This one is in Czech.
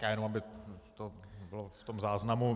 Já jenom, aby to bylo v záznamu.